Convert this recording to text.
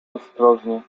ostrożnie